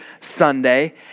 Sunday